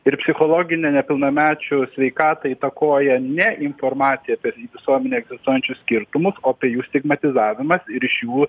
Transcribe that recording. ir psichologinę nepilnamečių sveikatą įtakoja ne informacija apie visuomenėj egzistuojančius skirtumus o apie jų stigmatizavimas ir iš jų